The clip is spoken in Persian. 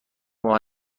ماه